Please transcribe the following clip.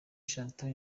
chantal